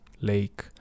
lake